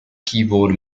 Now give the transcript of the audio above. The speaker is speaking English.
keyboard